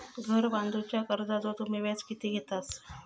घर बांधूच्या कर्जाचो तुम्ही व्याज किती घेतास?